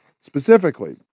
specifically